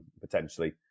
potentially